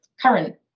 current